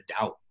doubt